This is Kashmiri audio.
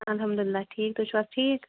الحمداللہ ٹھیٖک تُہۍ چھِو حظ ٹھیٖک